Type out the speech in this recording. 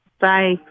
Bye